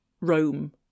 Rome